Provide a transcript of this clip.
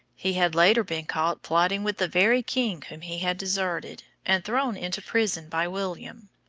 he had later been caught plotting with the very king whom he had deserted, and thrown into prison by william.